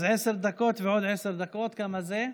אז עשר דקות ועוד עשר דקות כמה זה?